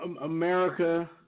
America